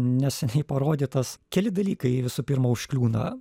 neseniai parodytas keli dalykai visų pirma užkliūna